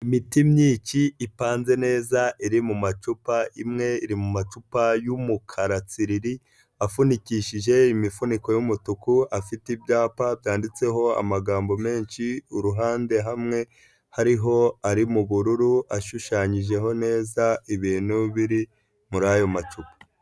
Imiti myinsi ipanze neza iri mu macupa imwe iri mu macupa y'umukara tsiriri, afunikishije imifuniko y'umutuku, afite ibyapa byanditseho amagambo menshi, uruhande hamwe hariho ari mu bururu ashushanyijeho neza ibintu biri muri ayo macupa.